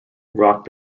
rock